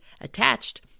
attached